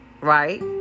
right